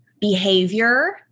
behavior